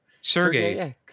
Sergey